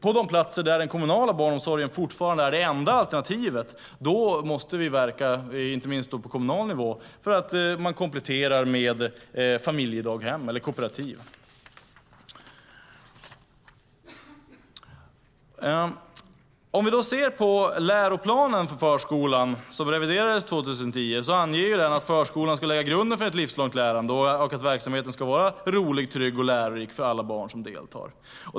På de platser där den kommunala barnomsorgen fortfarande är det enda alternativet måste vi, inte minst på kommunal nivå, verka för att man kompletterar med föräldradaghem eller kooperativ. Läroplanen för förskolan reviderades 2010. Den anger att förskolan ska lägga grunden för ett livslångt lärande och att verksamheten ska vara rolig, trygg och lärorik för alla barn som deltar.